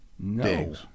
No